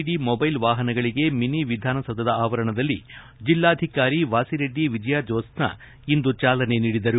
D mobile ವಾಹನಗಳಿಗೆ mini ವಿಧಾನಸೌಧದ ಆವರಣದಲ್ಲಿ ಜಿಲ್ಲಾಧಿಕಾರಿ ವಾಸಿರೆಡ್ಡಿ ವಿಜಯಾ ಜೋತ್ಸ್ನಾ ಇಂದು ಚಾಲನೆ ನೀಡಿದರು